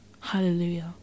Hallelujah